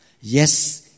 Yes